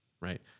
Right